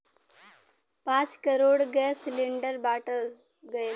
पाँच crore gas cylinder बाँटल गएल